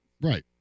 Right